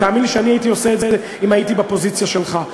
ותאמין לי שאני הייתי עושה את זה אם הייתי בפוזיציה שלך.